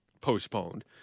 postponed